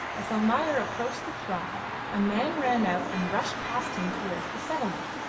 as almayer approached the throng a man ran out and rushed past him towards the settlement,